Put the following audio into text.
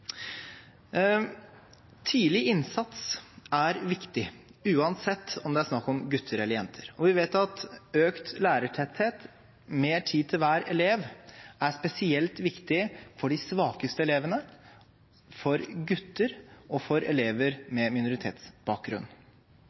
Tidlig innsats er viktig, uansett om det er snakk om gutter eller jenter. Og vi vet at økt lærertetthet, mer tid til hver elev, er spesielt viktig for de svakeste elevene, for gutter og for elever med minoritetsbakgrunn.